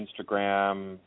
Instagram